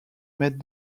mètre